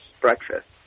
breakfast